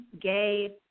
gay